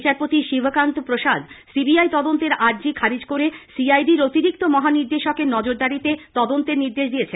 বিচারপতি শিবকান্ত প্রসাদ সিবিআই তদন্তের আর্জি খারিজ করে সিআইডি র অতিরিক্ত মহানির্দেশকের নজরদারিতে তদন্তের নির্দেশ দিয়েছেন